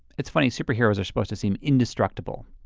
it's funny superheroes are supposed to seem indestructible.